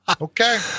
Okay